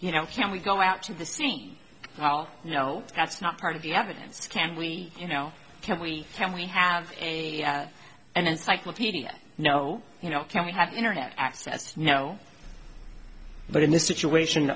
you know can we go out to the scene well you know that's not part of the evidence can we you know can we can we have an encyclopedia no you know can we have internet access no but in this situation